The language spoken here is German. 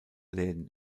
läden